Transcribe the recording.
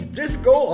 disco